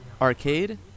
Arcade